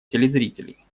телезрителей